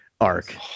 arc